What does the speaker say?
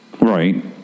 Right